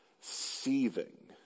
seething